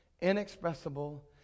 inexpressible